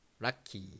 lucky